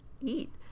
eat